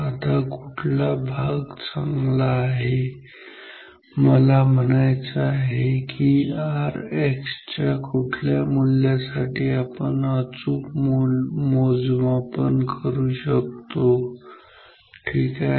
आता कुठला भाग चांगला आहे मला म्हणायचं आहे की Rx च्या कुठल्या मूल्यासाठी आपण अचूक मोजमापन करू शकतो ठीक आहे